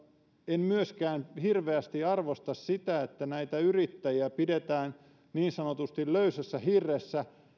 en myöskään hirveästi arvosta sitä että näitä yrittäjiä pidetään niin sanotusti löysässä hirressä